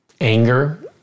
Anger